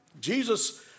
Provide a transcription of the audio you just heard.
Jesus